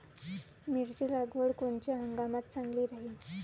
मिरची लागवड कोनच्या हंगामात चांगली राहीन?